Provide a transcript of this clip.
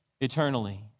eternally